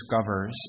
discovers